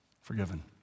Forgiven